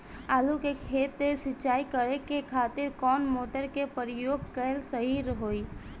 आलू के खेत सिंचाई करे के खातिर कौन मोटर के प्रयोग कएल सही होई?